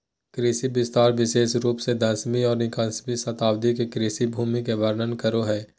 कृषि विस्तार विशेष रूप से बीसवीं और इक्कीसवीं शताब्दी में कृषि भूमि के वर्णन करो हइ